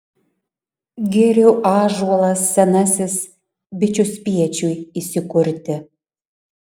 girių ąžuolas senasis bičių spiečiui įsikurti